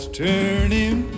turning